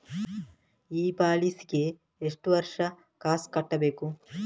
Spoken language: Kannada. ಈ ಪಾಲಿಸಿಗೆ ಎಷ್ಟು ವರ್ಷ ಕಾಸ್ ಕಟ್ಟಬೇಕು?